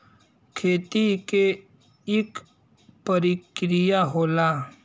खेती के इक परिकिरिया होला